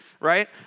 right